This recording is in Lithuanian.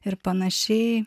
ir panašiai